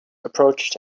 approached